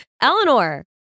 Eleanor